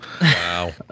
Wow